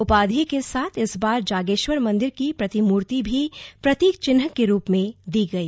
उपाधि के साथ इस बार जागेश्वर मंदिर की प्रतिमूर्ति भी प्रतीक चिन्ह के रूप में दी गई